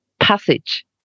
passage